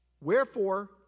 wherefore